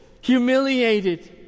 humiliated